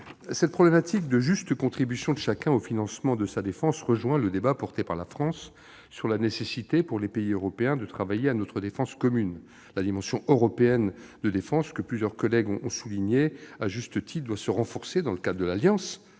Cette problématique de juste contribution de chacun au financement de sa défense rejoint le débat promu par la France sur la nécessité, pour les pays européens, de travailler à notre défense commune. La dimension européenne de défense doit se renforcer, en tant que pilier européen de l'OTAN, dans le cadre de l'Alliance,